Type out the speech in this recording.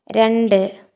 രണ്ട്